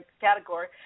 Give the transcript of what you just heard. category